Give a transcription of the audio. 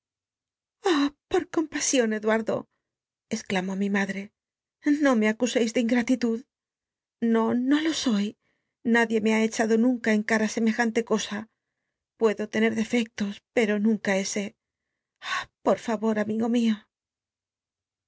por compa ion ecluarelo exclamó mi madr no me acuseis de ingratitud i'o no lo soy nadie me ha echado nunca en cara semcjnnte cosa puedo tener defectos pcro nunca ese ah por fa ror amigo mitj